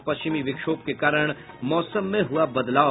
और पश्चिम विक्षोभ के कारण मौसम में हुआ बदलाव